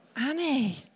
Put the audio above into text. Annie